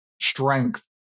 strength